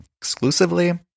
exclusively